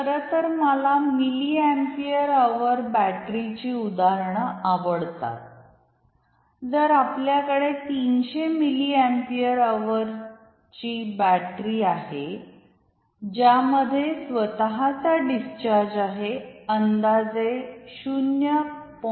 खरं तर मला मिली अम्पियर अवर बॅटरीची उदाहरण आवडतात जर आपल्याकडे 300 मिली अम्पियर अवरची बॅटरी आहे ज्यामध्ये स्वतचा डिस्चार्ज आहे अंदाजे ०